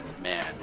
man